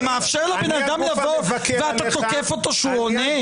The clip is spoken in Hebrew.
אתה מאפשר לבן אדם לבוא ואתה תוקף אותו כשהוא עונה?